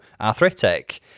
arthritic